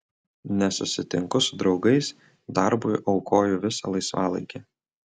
nesusitinku su draugais darbui aukoju visą laisvalaikį